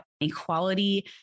equality